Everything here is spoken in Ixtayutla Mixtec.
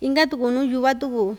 inka tuku nuu yuva tuku.